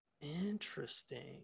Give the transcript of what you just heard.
Interesting